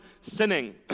sinning